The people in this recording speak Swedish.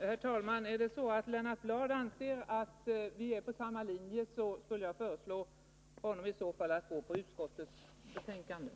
Herr talman! Så överens är vi inte, Linnea Hörlén. Vi är överens om översynen på utbildningsområdet — när det gäller de 2 20 som behövs.